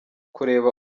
kureba